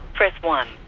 press one,